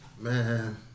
man